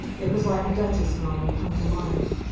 it was like a duchess novel come to life.